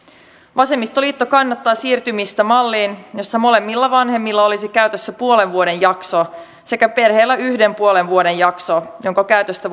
vasemmistoliitto kannattaa siirtymistä malliin jossa molemmilla vanhemmilla olisi käytössä puolen vuoden jakso sekä perheellä yksi puolen vuoden jakso jonka käytöstä